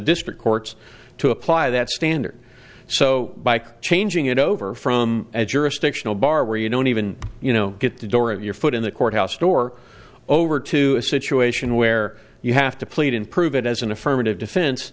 district courts to apply that standard so by changing it over from as you're stiction a bar where you don't even you know get the door of your foot in the courthouse door over to a situation where you have to plead and prove it as an affirmative defen